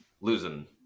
losing